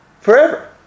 forever